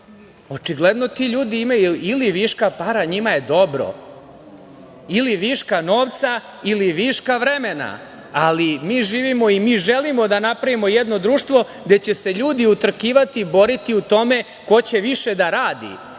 Očigledno ti ljudi imaju ili viška novca ili viška vremena, ali mi živimo i želimo da napravimo jedno društvo gde će se ljudi utrkivati, boriti u tome ko će više da radi,